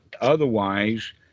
otherwise